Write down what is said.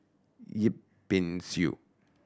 Yip Pin Xiu